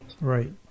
Right